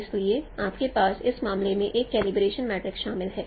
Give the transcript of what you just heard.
इसलिए आपके पास इस मामले में एक कलीब्रेशन मैट्रिक्स शामिल है